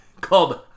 called